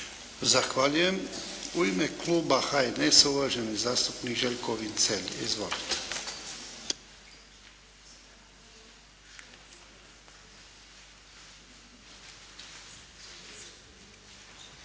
Zahvaljujem. U ime Kluba HNS-a uvaženi zastupnik Željko Vincelj. Izvolite.